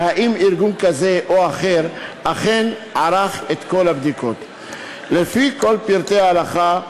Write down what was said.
והאם ארגון כזה או אחר אכן ערך את כל הבדיקות לפי כל פרטי ההלכה,